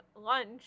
lunch